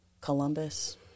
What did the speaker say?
Columbus